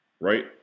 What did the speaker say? Right